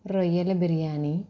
రొయ్యల బిర్యానీ